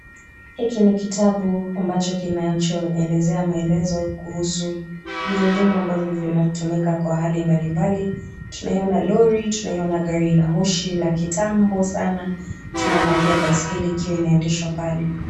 Hiki ni kitabu kinachoelezea maelezo kuhusu gurudumu ambalo linatumika kwa hali mbalimbali, tunaiona lori, tunaiona gari la moshi la kitambo sana. Tunaiona pia baiskeli ikiwa inaendeshwa pale.